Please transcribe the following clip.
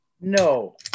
No